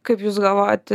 kaip jūs galvojat